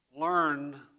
learn